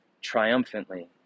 triumphantly